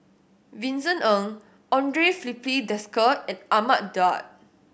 Vincent Ng Andre Filipe Desker and Ahmad Daud